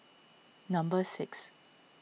number six